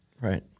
Right